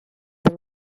the